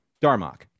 Darmok